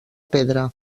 pedra